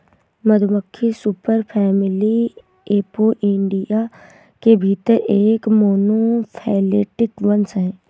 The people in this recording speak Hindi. मधुमक्खियां सुपरफैमिली एपोइडिया के भीतर एक मोनोफैलेटिक वंश हैं